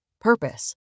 Purpose